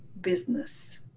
business